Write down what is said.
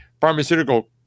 pharmaceutical